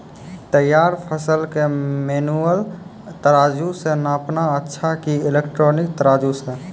तैयार फसल के मेनुअल तराजु से नापना अच्छा कि इलेक्ट्रॉनिक तराजु से?